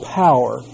power